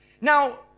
Now